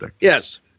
Yes